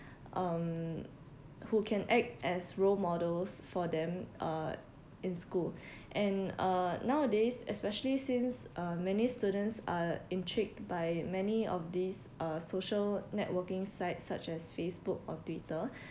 um who can act as role models for them uh in school and uh nowadays especially since uh many students are intrigued by many of these uh social networking sites such as facebook or twitter